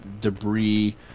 debris